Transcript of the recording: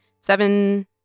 seven